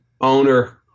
owner